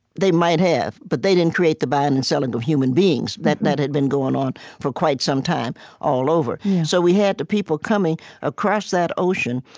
they might have. but they didn't create the buying and selling of human beings. that that had been going on for quite some time all over so we had the people coming across that ocean,